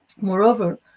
Moreover